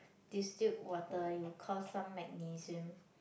distilled water you cause some magnesium